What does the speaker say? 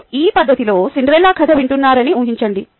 మీరు ఈ పద్ధతిలో సిండ్రెల్లా కథ వింటున్నారని ఊహించండి